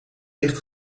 ligt